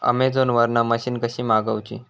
Amazon वरन machine कशी मागवची?